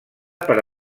per